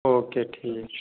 او کے ٹھیٖک چھُ ٹھیٖک